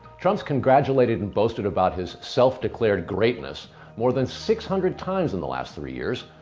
trump's congratulated and boasted about his self-declared greatness more than six hundred times in the last three years.